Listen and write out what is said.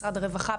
משרד הרווחה,